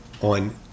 on